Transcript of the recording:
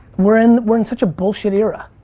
we're in we're in such a bullshit era.